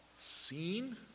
seen